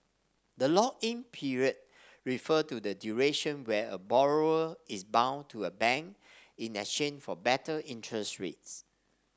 the lock in period refer to the duration where a borrower is bound to a bank in exchange for better interest rates